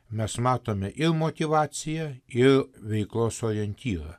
mes matome ir motyvaciją ir veiklos orientyrą